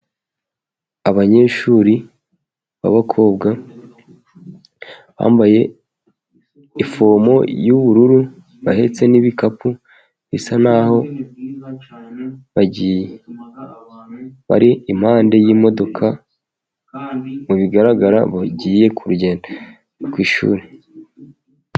Abanyeshuri b'abakobwa bambaye ifomu y'ubururu ,bahetse n'ibikapu bisa naho bagiye, bari impande y'imodoka, mu bigaragara bagiye kugenda ku ishuri.